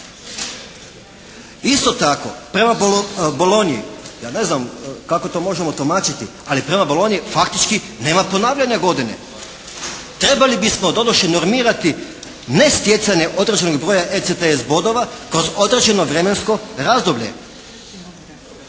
Isto tako, prema "Bolonji", ja ne znam kako to možemo tumačiti ali prema "Bolonji" faktički nema ponavljanja godine. Trebali bismo doduše normirati ne stjecanje određenog broja ECTS bodova kroz određeno vremensko razdoblje.